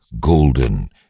golden